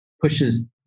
pushes